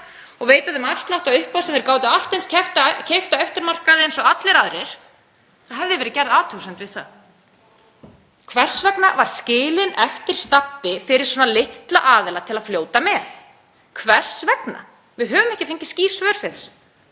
og veita þeim afslátt af upphæð hlutar sem þeir gátu allt eins keypt á eftirmarkaði eins og allir aðrir, þá hefði verið gerð athugasemd við það. Hvers vegna var skilinn eftir stabbi fyrir svona litla aðila til að fljóta með? Hvers vegna? Við höfum ekki fengið skýr